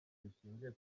rishingiye